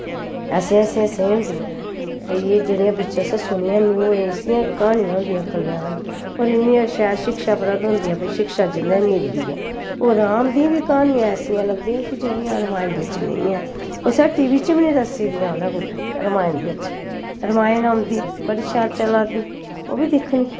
ऐसियां ऐसियां सेही होंदियां भाई एह् जेह्ड़ियां बिच्च असैं सुनियां बी नेईं ओह् ऐसियां कहानियां होंदियां कलेआन च और इन्नियां शैल शिक्षा प्रध्द होंदियां न भाई शिक्षा जिंदे मिलदी ऐ और राम दी बी कहानियां ऐसिनयां लब्भियां कि जोेह्ड़ियां रमायण बिच्च नेईं हैन इस हट्टी बिच्च बी निं दस्सी दियां उ'नैं कुतै रमायण बिच्च रमायण औंदी बड़ी सैल चला दी ओह् वी दिक्खनी